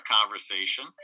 conversation